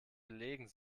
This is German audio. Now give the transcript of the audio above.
belegen